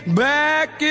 back